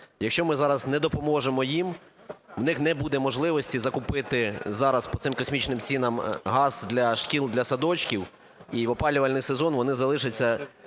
Якщо ми зараз не допоможемо їм, у них не буде можливості закупити зараз по цим космічним цінам газ для шкіл, для садочків і в опалювальний сезон вони залишаться